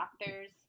doctors